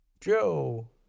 Joe